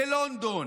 בלונדון,